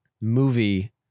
movie